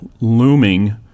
looming